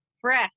fresh